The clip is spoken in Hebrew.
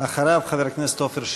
אחריו, חבר הכנסת עפר שלח.